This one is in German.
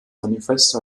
manifest